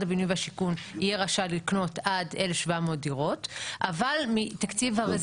הבינוי והשיכון יהיה רשאי לקנות עד 1,700 דירות אבל מתקציב הרזרבה.